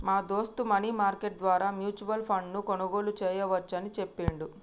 మా దోస్త్ money market ద్వారా మ్యూచువల్ ఫండ్ ను కొనుగోలు చేయవచ్చు అని చెప్పిండు